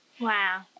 wow